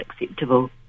acceptable